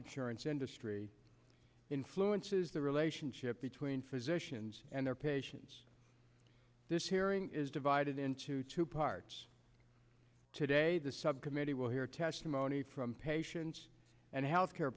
insurance industry influences the relationship between physicians and their patients this hearing is divided into two parts today the subcommittee will hear testimony from patients and health care